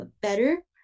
better